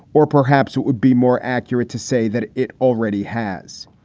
or perhaps it would be more accurate to say that it already has.